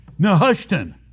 Nehushtan